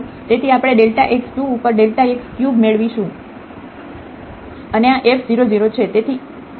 તેથી આપણે આ x 2 ઉપર x ક્યુબ મેળવીશું અને આ f 0 0 છે